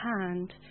hand